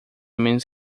menos